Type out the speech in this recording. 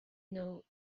know